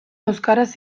euskaraz